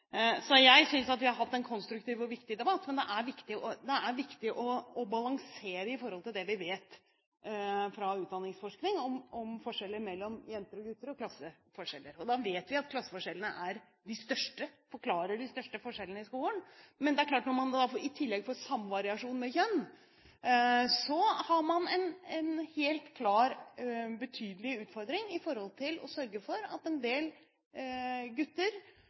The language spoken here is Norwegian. Jeg synes vi har hatt en konstruktiv og viktig debatt, men det er viktig å balansere opp mot det vi vet fra utdanningsforskning om forskjeller mellom jenter og gutter og klasseforskjeller, og da vet vi at klasseforskjellene forklarer de største forskjellene i skolen. Men det er klart at når man i tillegg får samvariasjon med kjønn, har man en helt klar, betydelig utfordring i å sørge for et godt utgangspunkt for livet – og for arbeidslivet – for en del gutter.